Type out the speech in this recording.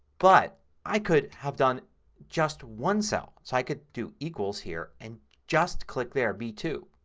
but i could have done just one cell. so i could do equals here and just click there, b two,